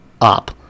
up